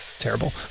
terrible